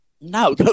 No